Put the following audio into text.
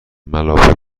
ملافه